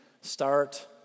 start